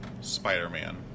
Spider-Man